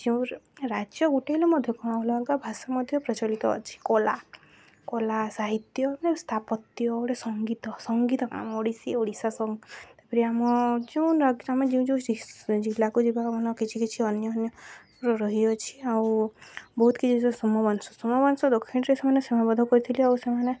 ଯେଉଁ ରାଜ୍ୟ ଗୋଟେ ହେଲେ ମଧ୍ୟ କ'ଣ ହେଲା ଅଲଗା ଭାଷା ମଧ୍ୟ ପ୍ରଚଳିତ ଅଛି କଳା କଳା ସାହିତ୍ୟ ମାନେ ସ୍ଥାପତ୍ୟ ଗୋଟେ ସଙ୍ଗୀତ ସଙ୍ଗୀତ ଆମ ଓଡ଼ିଶୀ ଓଡ଼ିଶା ତାପରେ ଆମ ଯୋଉଁ ଆମେ ଯେଉଁ ଯେଉଁ ଜିଲ୍ଲାକୁ ଯିବା ମ କିଛି କିଛି ଅନ୍ୟମାନ ରହିଅଛି ଆଉ ବହୁତ କିଛି ସୋମବଂଶ ସୋମବଂଶ ଦକ୍ଷିଣରେ ସେମାନେ ସୋମବଧ କରିଥିଲେ ଆଉ ସେମାନେ